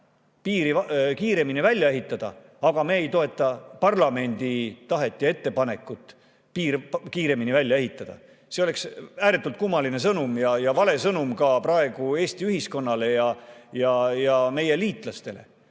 piiri kiiremini välja ehitada, aga me ei toeta parlamendi tahet ja ettepanekut piir kiiremini välja ehitada. See oleks ääretult kummaline ja vale sõnum ka praegu Eesti ühiskonnale ja meie liitlastele.